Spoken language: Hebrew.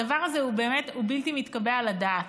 הדבר הזה הוא באמת בלתי מתקבל על הדעת.